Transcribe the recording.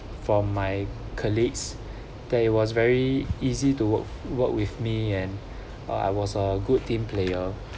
from my colleagues there was very easy to work work with me and I was a good team player